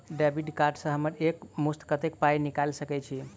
Debit card सँ हम एक मुस्त कत्तेक पाई निकाल सकय छी?